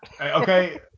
okay